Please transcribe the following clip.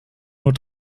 nur